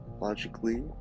Logically